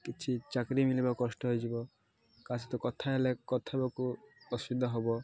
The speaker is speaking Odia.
କିଛି ଚାକିରି ମଳିବା କଷ୍ଟ ହେଇଯିବ ତା ସହିତ କଥା ହେଲେ କଥାବାକୁ ଅସୁବିଧା ହବ